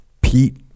Pete